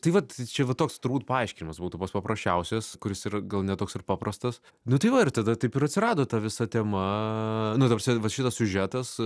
tai vat čia va toks turbūt paaiškinimas būtų pats paprasčiausias kuris yra gal ne toks ir paprastas nu tai va ir tada taip ir atsirado ta visa tema nu ta prasme va šitas siužetas